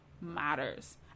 matters